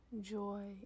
joy